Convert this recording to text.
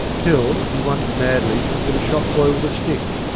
till he wondered madly if it were the shop-boy with a stick.